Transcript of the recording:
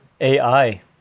ai